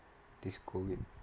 this COVID